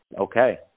okay